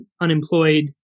unemployed